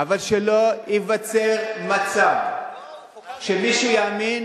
אבל שלא ייווצר מצב שמישהו יאמין